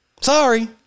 Sorry